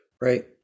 right